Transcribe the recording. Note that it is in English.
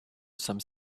some